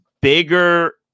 bigger